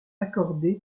accordé